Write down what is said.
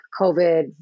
COVID